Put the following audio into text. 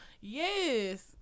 Yes